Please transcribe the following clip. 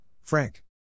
Frank